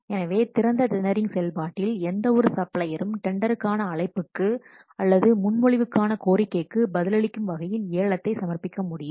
எனவே திறந்த டெண்டரிங் செயல்பாட்டில் எந்தவொரு சப்ளையரும் டெண்டர்கான அழைப்புக்கு அல்லது முன்மொழிவுக்கான கோரிக்கைக்கு பதிலளிக்கும் வகையில் ஏலத்தை சமர்ப்பிக்க முடியும்